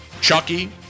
Chucky